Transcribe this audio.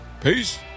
Peace